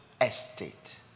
estate